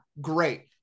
Great